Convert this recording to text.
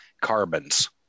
carbons